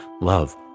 Love